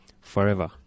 forever